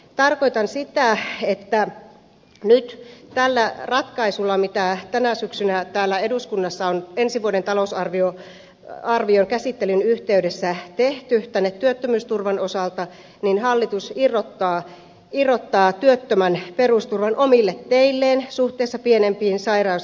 tarkoitan sitä että nyt tällä ratkaisulla joka tänä syksynä täällä eduskunnassa on ensi vuoden talousarvion käsittelyn yhteydessä tehty työttömyysturvan osalta hallitus irrottaa työttömän perusturvan omille teilleen suhteessa pienempiin sairaus ja vanhempainpäivärahoihin